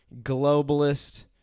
globalist